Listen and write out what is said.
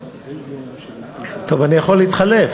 טוב, אני יכול להתחלף.